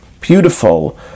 beautiful